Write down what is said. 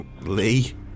Lee